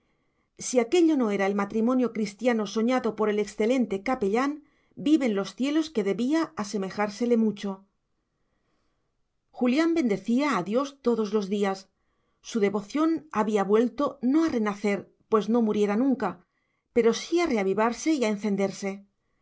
si aquello no era el matrimonio cristiano soñado por el excelente capellán viven los cielos que debía asemejársele mucho julián bendecía a dios todos los días su devoción había vuelto no a renacer pues no muriera nunca pero sí a reavivarse y encenderse